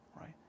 right